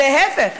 להפך,